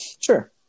Sure